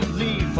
the